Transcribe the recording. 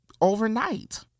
overnight